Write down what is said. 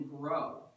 grow